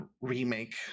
remake